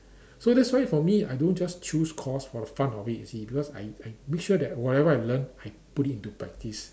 so that's why for me I don't just choose course for the fun of it you see because I I make sure that whatever I learn I put into practice